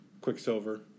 Quicksilver